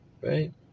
Right